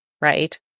right